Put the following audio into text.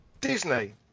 Disney